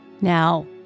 Now